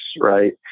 right